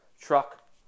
Truck